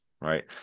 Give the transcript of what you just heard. right